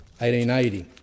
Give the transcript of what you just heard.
1880